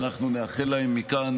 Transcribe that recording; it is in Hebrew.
ואנחנו נאחל להם מכאן,